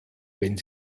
wenn